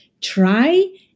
try